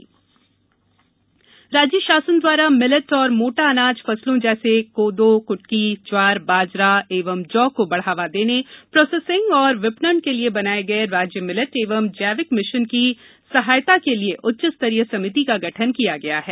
राज्य मिलेट जैविक मिशन राज्य शासन द्वारा मिलेट और मोटा अनाज फसलों जैसे कोदो क्टकी ज्वार बाजरा एवं जौ को बढ़ावा देने प्रोसेसिंग एवं विपणन के लिये बनाए गये राज्य मिलेट एवं जैविक मिशन की सहायता के लिए उच्च स्तरीय समिति का गठन किया गया है